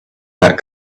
that